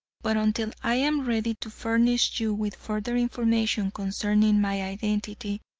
but until i am ready to furnish you with further information concerning my identity,